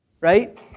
right